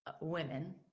women